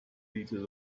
liters